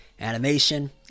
animation